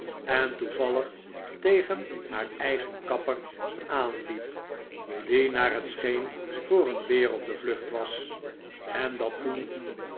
en toevallig tegen haar eigen kapper aanliep die naar het scheen voor een beer op de vlucht was en dat toen